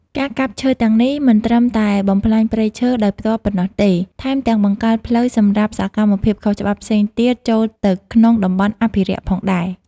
ការកាប់ឈើទាំងនេះមិនត្រឹមតែបំផ្លាញព្រៃឈើដោយផ្ទាល់ប៉ុណ្ណោះទេ ថែមទាំងបង្កើតផ្លូវសម្រាប់សកម្មភាពខុសច្បាប់ផ្សេងទៀតចូលទៅក្នុងតំបន់អភិរក្សផងដែរ។